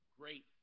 great